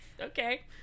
Okay